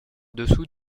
dessous